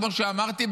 כמו שאמרתי,